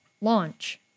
launch